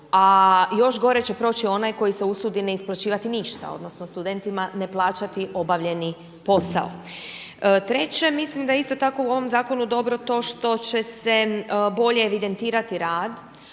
a još gore će proći onaj koji se usudi ne isplaćivati ništa odnosno studentima ne plaćati obavljeni posao. Treće, mislim da je isto tako u ovom zakonu dobro to što će se bolje evidentirati rad